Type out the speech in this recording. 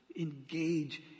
engage